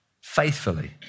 faithfully